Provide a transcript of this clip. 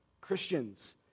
Christians